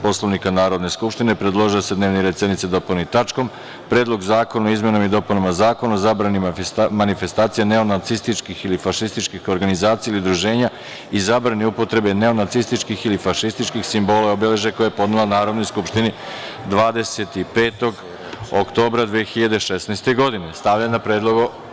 Poslovnika Narodne skupštine, predložila je da se dnevni red sednice dopuni tačkom – Predlog zakona o izmenama i dopunama Zakona o zabrani manifestacija neonacističkih ili fašističkih organizacija i udruženja i zabrani upotrebe neonacističkih ili fašističkih simbola i obeležja, koji je podnela Narodnoj skupštini 25. oktobra 2016. godine.